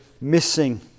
missing